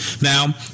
Now